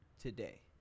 today